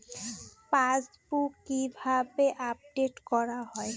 Passbook কিভাবে update করা হয়?